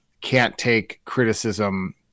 can't-take-criticism